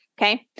okay